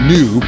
New